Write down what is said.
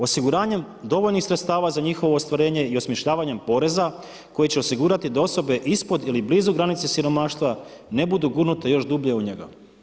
Osiguranjem dovoljnih sredstava za njihovo ostvarenje i osmišljavanjem poreza koji će osigurati da osobe ispod ili blizu granice siromaštva ne budu gurnute još dublje u njega.